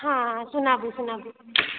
हँ सुनाबू सुनाबू